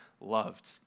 loved